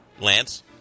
Lance